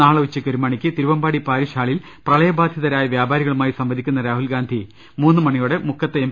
നാളെ ഉച്ചക്ക് ഒരു മണിക്ക് തിരുവമ്പാടി പാരിഷ് ഹാളിൽ പ്രളയബാധിതരായ വ്യാപാരികളുമായി സംവദിക്കുന്ന രാ ഹുൽഗാന്ധി മൂന്ന് മണിയോടെ മുക്കത്തെ എം